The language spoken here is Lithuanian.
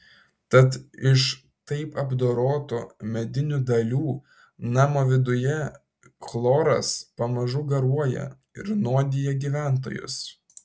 tad iš taip apdorotų medinių dalių namo viduje chloras pamažu garuoja ir nuodija gyventojus